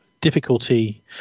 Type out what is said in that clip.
difficulty